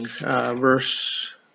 verse